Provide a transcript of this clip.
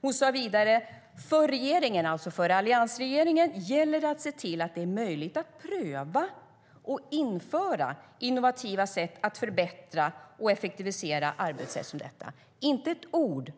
Hon säger vidare: "För regeringen" - alltså för alliansregeringen - "gäller det att se till att det är möjligt att pröva och införa innovativa sätt att förbättra och effektivisera arbetssätt som detta." Det sägs inte ett ord